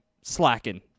slacking